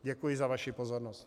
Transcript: Děkuji za vaši pozornost.